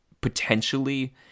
potentially